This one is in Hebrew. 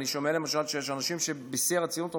אני שומע למשל שיש אנשים שבשיא הרצינות אומרים: